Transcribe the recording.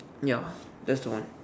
ya that's the one